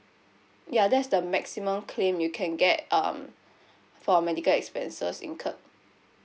ya that's the maximum claim you can get um for medical expenses incurred